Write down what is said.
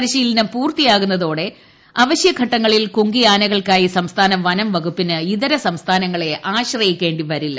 പരിശീലനം പൂർത്തിയാവുന്നതോടെ അവശ്യഘട്ടങ്ങ ളിൽ കുങ്കിയാനകൾക്കായി സംസ്ഥാന വനംവകുപ്പിന് ഇതര സംസ്ഥാനങ്ങളെ ആശ്രയിക്കേണ്ടിവരില്ല